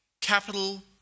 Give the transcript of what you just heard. capital